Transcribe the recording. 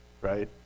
right